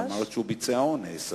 את אמרת שהוא ביצע אונס.